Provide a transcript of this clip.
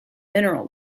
mineral